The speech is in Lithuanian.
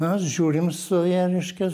mes žiūrim su ja reiškia